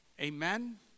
Amen